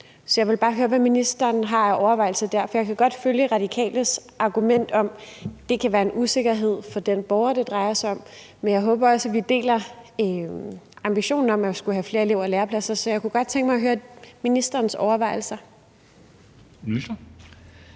jeg vil bare høre, hvad ministeren har af overvejelser der. Jeg kan godt følge De Radikales argument om, at det kan være en usikkerhed for den borger, det drejer sig om, men jeg håber også, at vi deler ambitionen om at skulle have flere elev- og lærepladser. Så jeg kunne godt tænke mig at høre ministerens overvejelser.